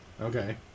Okay